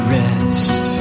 rest